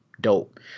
dope